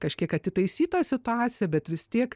kažkiek atitaisyt tą situaciją bet vis tiek